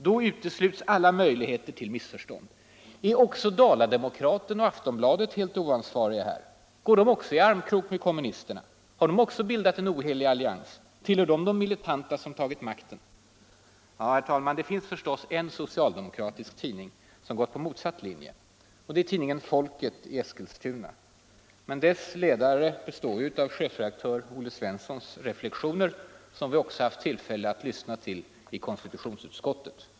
Då uteslutes alla möjligheter till missförstånd.” Är också Aftonbladet och Dala-Demokraten helt oansvariga? Går de också armkrok med kommunisterna? Har de också bildat en ohelig allians? Tillhör de de militanta som tagit makten? Ja, det finns förstås en socialdemokratisk tidning som gått på motsatt linje. Det är Folket i Eskilstuna. Men dess ledare består av chefredaktör Olle Svenssons reflexioner, som vi också haft tillfälle att lyssna till i konstitutionsutskottet.